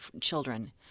children